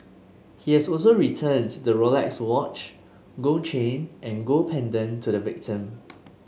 he has also returned the Rolex watch gold chain and gold pendant to the victim